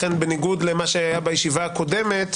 לכן בניגוד למה שהיה בישיבה הקודמת,